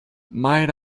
might